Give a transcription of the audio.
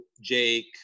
Jake